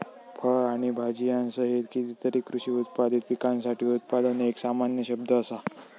फळ आणि भाजीयांसहित कितीतरी कृषी उत्पादित पिकांसाठी उत्पादन एक सामान्य शब्द असा